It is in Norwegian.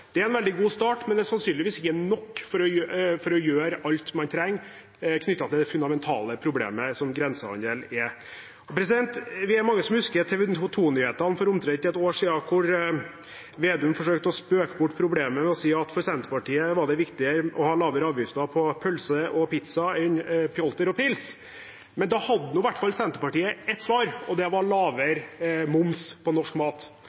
Det er en veldig god start, men det er sannsynligvis ikke nok for å gjøre alt man trenger å gjøre, knyttet til det fundamentale problemet som grensehandel er. Vi er mange som husker TV 2-nyhetene for omtrent et år siden, der Slagsvold Vedum forsøkte å spøke bort problemet ved å si at for Senterpartiet var det viktigere å ha lavere avgifter på pølse og pizza enn på pjolter og pils. Men da hadde i hvert fall Senterpartiet et svar, og det var lavere moms på norsk mat.